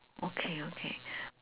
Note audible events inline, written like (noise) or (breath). okay okay (breath)